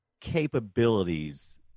capabilities